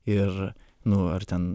ir nu ar ten